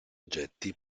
oggetti